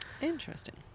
interesting